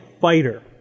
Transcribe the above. Fighter